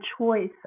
choice